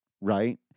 right